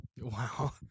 Wow